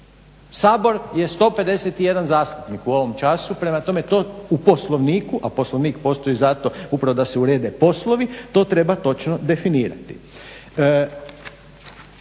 Sabor je 151 zastupnik u ovom času, prema tome to u Poslovniku, a Poslovnik postoji zato upravo da se urede poslovi, to treba točno definirati.